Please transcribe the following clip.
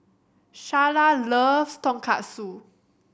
Sharla loves Tonkatsu